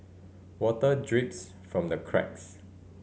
water drips from the cracks